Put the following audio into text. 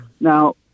Now